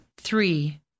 three